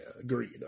agreed